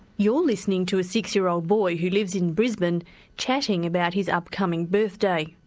you're listening to a six year old boy who lives in brisbane chatting about his upcoming birthday.